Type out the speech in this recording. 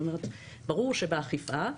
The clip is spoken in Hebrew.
ברור שבאכיפה,